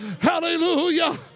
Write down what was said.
Hallelujah